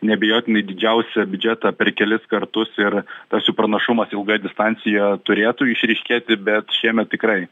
neabejotinai didžiausią biudžetą per kelis kartus ir tas jų pranašumas ilgoje distancijoj turėtų išryškėti bet šiemet tikrai